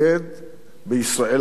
בישראל המתחדשת